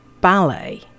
ballet